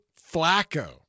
Flacco